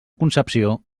concepció